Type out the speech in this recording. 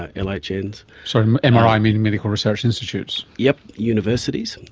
ah ah like and sort of and mri meaning medical research institutes. yes, universities,